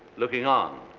looking on,